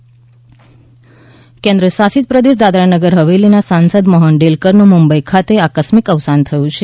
મોહન ડેલકરનો આપઘાત કેન્દ્રશાસિત પ્રદેશ દાદરા નગરહવેલીના સાંસદ મોહન ડેલકરનું મુંબઈ ખાતે આકસ્મિક અવસાન થયુ છે